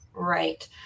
right